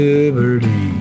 Liberty